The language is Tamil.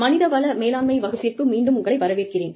மனித வள மேலாண்மை வகுப்பிற்கு மீண்டும் உங்களை வரவேற்கிறேன்